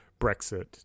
Brexit